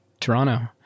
toronto